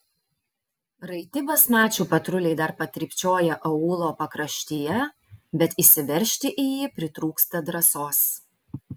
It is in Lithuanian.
raiti basmačių patruliai dar patrypčioja aūlo pakraštyje bet įsiveržti į jį pritrūksta drąsos